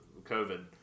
COVID